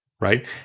right